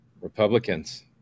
Republicans